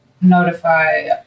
notify